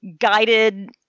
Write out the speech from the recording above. guided